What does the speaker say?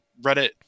Reddit